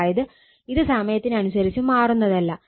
അതായത് ഇത് സമയത്തിനനുസരിച്ച് മാറുന്നതല്ല